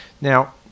Now